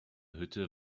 hütte